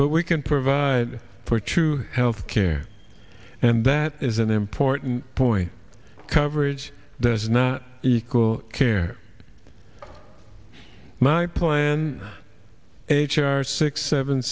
but we can provide for true health care and that is an important point coverage that does not equal care my plan h r six seven